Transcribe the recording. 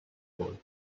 boy